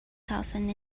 thousand